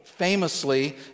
famously